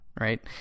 right